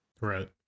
right